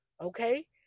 okay